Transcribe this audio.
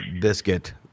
Biscuit